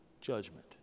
judgment